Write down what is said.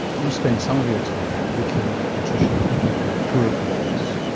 you spend some of your time looking at nutrition in poorer countries.